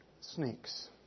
snakes